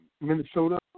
Minnesota